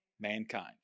Mankind